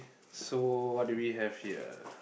so what do we have here